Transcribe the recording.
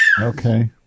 Okay